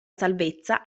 salvezza